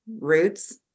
roots